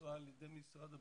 פונים למשרד החוץ,